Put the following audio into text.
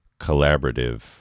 collaborative